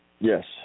Yes